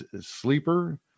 sleeper